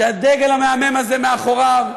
כשהדגל המהמם הזה מאחוריו,